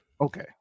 Okay